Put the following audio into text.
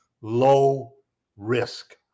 low-risk